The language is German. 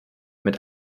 mit